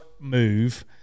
move